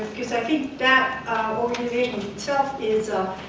because i think that organization itself is a